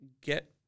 get